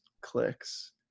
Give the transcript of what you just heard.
clicks